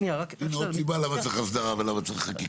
הינה עוד סיבה לכך שצריך הסדרה וצריך חקיקה.